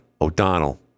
O'Donnell